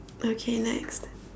okay next